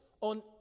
on